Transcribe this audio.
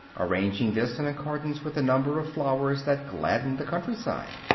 arranging this in accordance with the number of flowers that gladden the country-side.